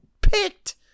picked